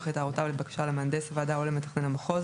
את הערותיו לבקשה למהנדס הוועדה או למתכנן המחוז,